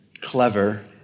clever